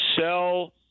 sell